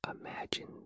imagine